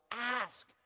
Ask